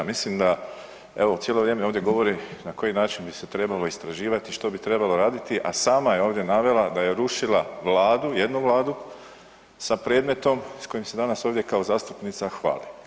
Mislim da evo cijelo vrijeme ovdje govori na koji način bi se tre balo istraživati, što bi trebalo raditi, a sama je ovdje navela da je rušila Vladu, jednu Vladu sa predmetom s kojim se ovdje danas kao zastupnica hvali.